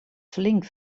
flink